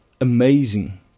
amazing